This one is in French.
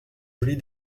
jolie